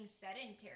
sedentary